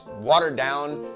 watered-down